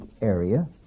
area